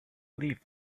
leave